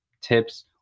tips